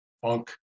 funk